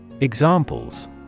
Examples